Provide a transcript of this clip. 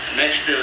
next